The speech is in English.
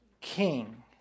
king